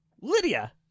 Lydia